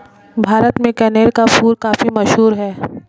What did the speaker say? भारत में कनेर का फूल काफी मशहूर है